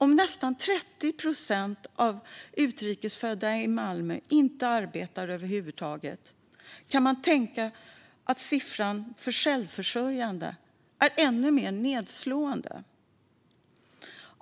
Om nästan 30 procent av utrikes födda i Malmö inte arbetar över huvud taget kan man tänka att siffran för självförsörjande är ännu mer nedslående.